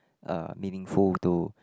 uh meaningful to